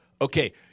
okay –